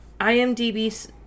IMDb